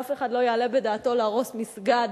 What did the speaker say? אף אחד לא יעלה בדעתו להרוס מסגד,